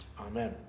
Amen